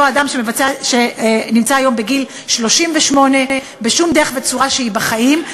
אדם שהיום הוא בגיל 38 בשום דרך וצורה שהיא בחיים,